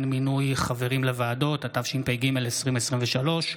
התשפ"ג 2023,